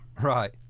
Right